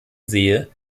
sehe